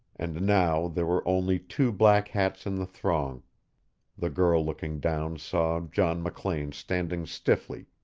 and now there were only two black hats in the throng the girl looking down saw john mclean standing stiffly,